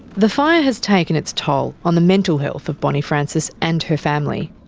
the fire has taken its toll on the mental health of bonny francis and her family.